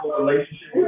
relationship